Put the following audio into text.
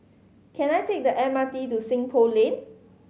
can I take the M R T to Seng Poh Lane